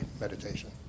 meditation